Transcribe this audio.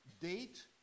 date